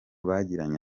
bagiranye